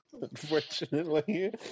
Unfortunately